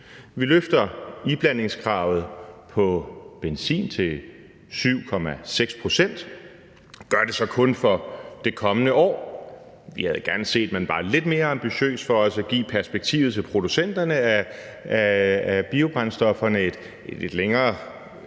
Vi løfter iblandingskravet på benzin til 7,6 pct. Vi gør det så kun for det kommende år. Vi havde gerne set, at man var lidt mere ambitiøs for også at give perspektivet til producenterne, at biobrændstofferne er i et lidt længere